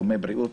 בתחומי בריאות,